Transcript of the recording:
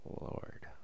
Lord